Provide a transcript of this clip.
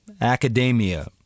academia